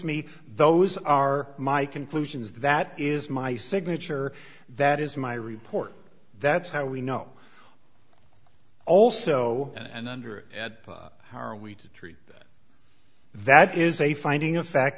me those are my conclusions that is my signature that is my report that's how we know also and under at how are we to treat that is a finding of fact